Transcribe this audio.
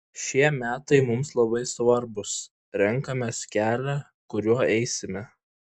šie metai mums labai svarbūs renkamės kelią kuriuo eisime